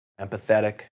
empathetic